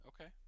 Okay